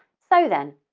so then,